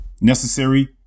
necessary